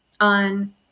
on